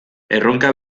erronka